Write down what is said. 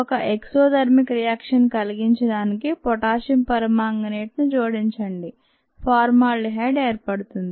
ఒక exothermic reaction కలిగించడానికి potassium permanganate ను జోడించండి ఫార్మాల్డిహైడ్ ఏర్పడుతుంది